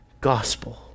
gospel